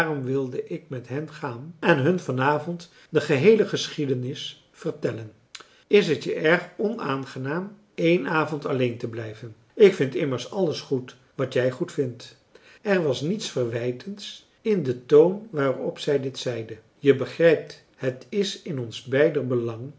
wilde ik met hen gaan en hun van avond de geheele geschiedenis vertellen is t je erg onaangenaam één avond alleen te blijven ik vind immers alles goed wat jij goedvindt er was niets verwijtends in den toon waarop zij dit zeide je begrijpt het is in ons beider belang